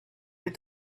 with